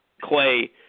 Clay